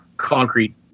concrete